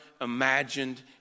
imagined